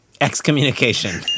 Excommunication